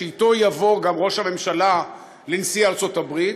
שאתו יבוא גם ראש הממשלה לנשיא ארצות-הברית,